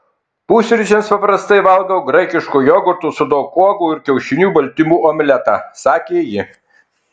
pusryčiams paprastai valgau graikiško jogurto su daug uogų ir kiaušinių baltymų omletą sakė ji